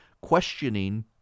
questioning